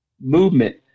movement